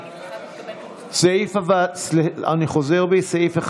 סגני שרים.